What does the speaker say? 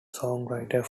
songwriter